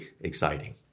exciting